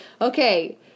Okay